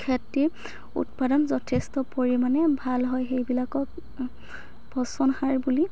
খেতি উৎপাদন যথেষ্ট পৰিমাণে ভাল হয় সেইবিলাকক পচন সাৰ বুলি